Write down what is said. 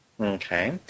Okay